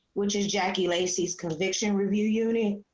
which is jackie lacey's conviction review unit.